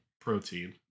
protein